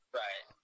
right